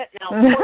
Now